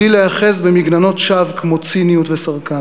מבלי להיאחז במגננות שווא כמו ציניות וסרקזם.